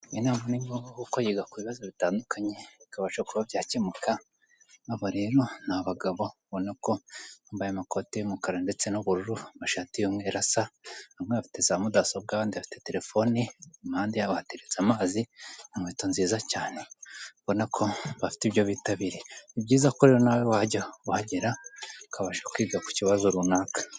Iyi nama ni ngombwa ko uko yiga ku bibazo bitandukanye bikabasha kuba byakemuka, aba rero ni abagabo babona ko yambaye amakote y'umukara ndetse n'ubururu amashati y'umweru asa, bamwe bafite za mudasobwa abandi bafite telefoni impande yabo hateretse amazi ,inkweto nziza cyane mbona ko bafite ibyo bitabiriye. Ni byiza ko rero nawe wajya wagera ukabasha kwiga ku kibazo runaka.